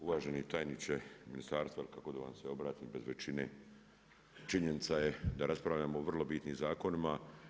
Uvaženi tajniče Ministarstva, kako da vam se obratim bez većine činjenica je da raspravljamo o vrlo bitnim zakonima.